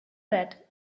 that